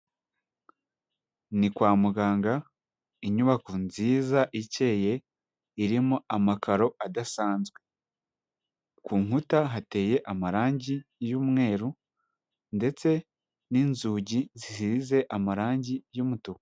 Ni kwa muganga inyubako nziza ikeye irimo amakaro adasanzwe, ku nkuta hateye amarangi y'umweru ndetse n'inzugi zihize amarangi y'umutuku.